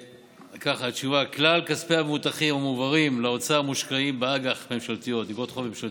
התשובה: כלל כספי המבוטחים המועברים לאוצר מושקעים באג"ח ממשלתיות,